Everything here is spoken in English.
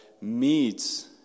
meets